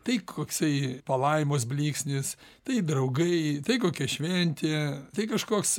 tai koksai palaimos blyksnis tai draugai tai kokia šventė tai kažkoks